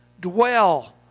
dwell